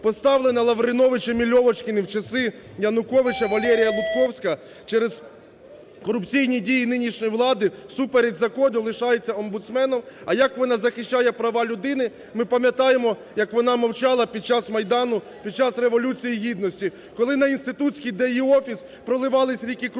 поставлена Лавриновичем і Льовочкіним в часи Януковича Валерія Лутковська через корупційні дії нинішньої влади, всупереч закону лишається омбудсменом. А як вона захищає права людини, ми пам'ятаємо, як вона мовчала під час Майдану, під час Революції Гідності, коли на Інститутській, де її офіс, проливались ріки крові, а